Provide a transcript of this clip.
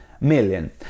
million